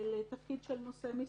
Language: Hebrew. לתפקיד של נושא משרה,